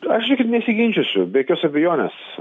aš ir nesiginčysiu be jokios abejonės